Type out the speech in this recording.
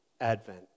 Advent